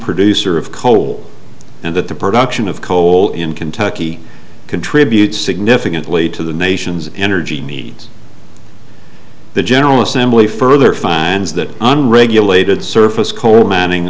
producer of coal and that the production of coal in kentucky contributes significantly to the nation's energy needs the general assembly further finds that unregulated surface coal mining